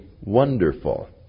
wonderful